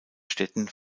städten